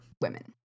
women